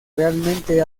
realmente